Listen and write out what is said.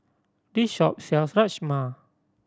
this shop sell Rajma